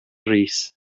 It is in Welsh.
rees